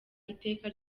iteka